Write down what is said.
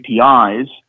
APIs